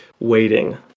Waiting